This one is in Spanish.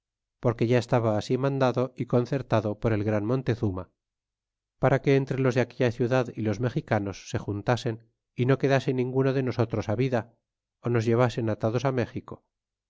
porque ya estaba así mandado y concertado por el gran montezuma para que entre los de aquella ciudad y los mexicanos se juntasen y no quedase ninguno de nosotros vida ó nos llevasen atados á méxico